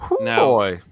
now